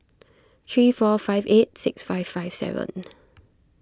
three four five eight six five five seven